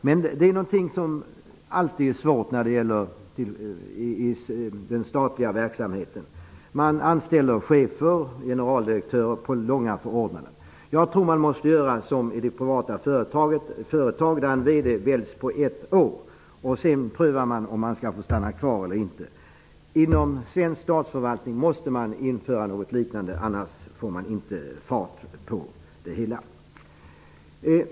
Men det är någonting som alltid är svårt när det gäller den statliga verksamheten. Man anställer chefer, generaldirektörer, på långa förordnanden. Jag tror att man måste göra som i det privata företaget. Där väljs en VD på ett år. Sedan prövar man om han skall få stanna kvar eller inte. Inom svensk statsförvaltning måste man införa något liknande, annars får man inte fart på verksamheten.